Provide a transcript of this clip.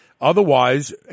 otherwise